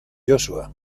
joshua